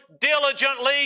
diligently